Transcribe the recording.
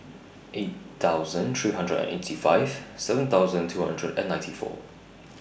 eight thousand three hundred and eighty five seven thousand two hundred and ninety four